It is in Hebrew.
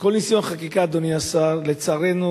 וכל ניסיון חקיקה, אדוני השר, לצערנו